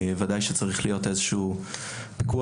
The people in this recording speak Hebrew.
ודאי שצריך להיות איזה שהוא פיקוח,